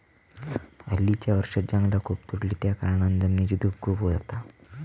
हल्लीच्या वर्षांत जंगला खूप तोडली त्याकारणान जमिनीची धूप खूप जाता